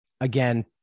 again